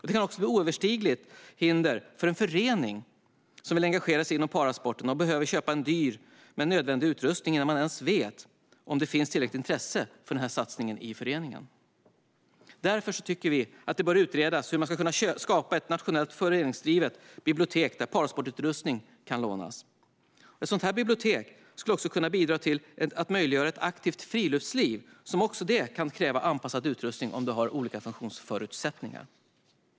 Det kan också bli ett oöverstigligt hinder för en förening som vill engagera sig inom parasporten att behöva köpa in dyr men nödvändig utrustning innan man ens vet om det finns tillräckligt intresse för en satsning. Därför bör det utredas hur man kan skapa ett nationellt föreningsdrivet bibliotek där parasportutrustning kan lånas. Ett sådant bibliotek kan också bidra till att möjliggöra ett aktivt friluftsliv som också det kan kräva anpassad utrustning om du har olika funktionsförutsättningar.